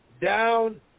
down